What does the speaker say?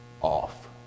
off